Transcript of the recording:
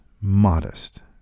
modest